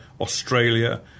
Australia